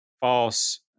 false